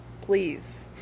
Please